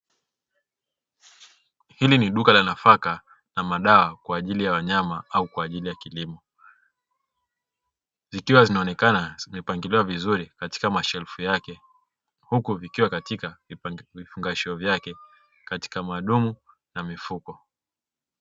Hili ni duka la nafaka na madawa kwa ajili ya wanyama au kwa ajili ya kilimo, zikiwa zinaonekana zimepangiliwa vizuri katika mashelfu yake huku zikiwa katika vifungashio vyake katika madumu na mifuko.